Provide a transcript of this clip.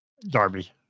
Darby